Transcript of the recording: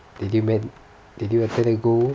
did you meant did you have any gold